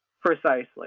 precisely